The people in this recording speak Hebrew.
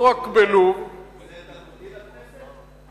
לא רק בלוב, וזה תרבותי לכנסת?